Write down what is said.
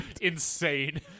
insane